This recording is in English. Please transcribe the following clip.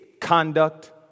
conduct